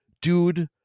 dude